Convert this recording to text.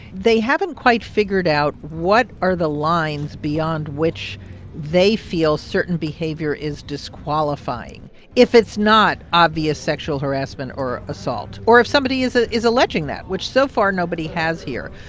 they haven't quite figured out what are the lines beyond which they feel certain behavior is disqualifying if it's not obvious sexual harassment or assault, or if somebody is ah is alleging that. which, so far, nobody has here.